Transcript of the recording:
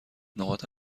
نقاط